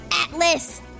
Atlas